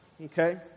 okay